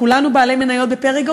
כולנו בעלי מניות ב"פריגו",